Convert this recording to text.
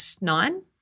nine